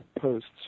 posts